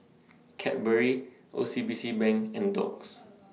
Cadbury O C B C Bank and Doux